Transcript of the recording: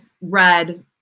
read